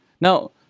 Now